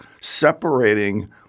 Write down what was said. separating